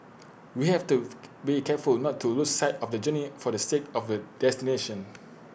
we have to be careful not to lose sight of the journey for the sake of the destination